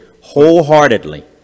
wholeheartedly